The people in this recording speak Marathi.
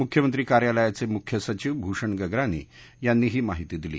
मुख्यमंत्री कार्यालयाचे मुख्य सचिव भूषण गगरानी यांनी ही माहिती दिली